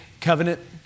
covenant